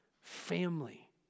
family